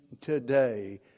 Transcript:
today